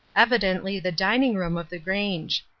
evidently the dining-room of the grange.